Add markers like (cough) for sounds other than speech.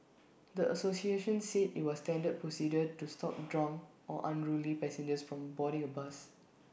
the associations said IT was standard procedure to stop (noise) drunk or unruly passengers from boarding A bus